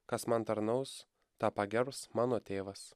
kas man tarnaus tą pagerbs mano tėvas